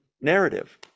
narrative